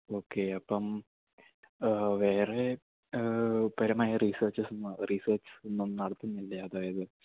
okay അപ്പം വേറെ പരമായ റീസെർച്ചസൊന്നും റീസെർച്ചസൊന്നും നടത്തുന്നില്ലേ അതായത്